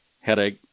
headache